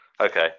Okay